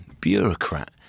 bureaucrat